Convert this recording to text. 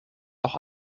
auch